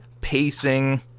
pacing